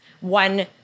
one